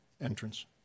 entrance